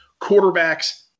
quarterbacks